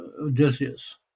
Odysseus